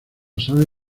sabe